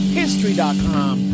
history.com